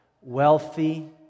Wealthy